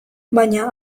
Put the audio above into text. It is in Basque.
baina